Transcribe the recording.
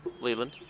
Leland